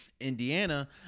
Indiana